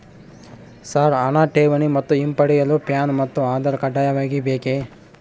Sir ಹಣ ಠೇವಣಿ ಮತ್ತು ಹಿಂಪಡೆಯಲು ಪ್ಯಾನ್ ಮತ್ತು ಆಧಾರ್ ಕಡ್ಡಾಯವಾಗಿ ಬೇಕೆ?